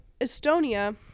Estonia